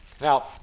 now